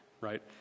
right